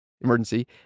emergency